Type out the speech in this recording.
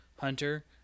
hunter